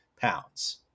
pounds